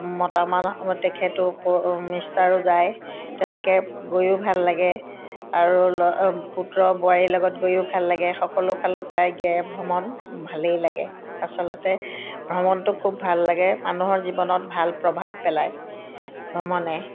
মতা মানুহ তেখেতো মিষ্টাৰো যায় তেনেকৈ গৈয়ো ভাল লাগে আৰু পুত্ৰ বোৱাৰীৰ লগত গৈয়ো ভাল লাগে সকলো ফালৰপৰাই ভ্ৰমণ ভালেই লাগে আচলতে ভ্ৰমণটো খুব ভাল লাগে মানুহৰ জীৱনত ভাল প্ৰভাৱ পেলায় ভ্ৰমণে